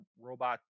robot